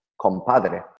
compadre